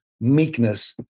meekness